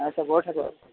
হয় চবৰে থাকে